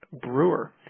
brewer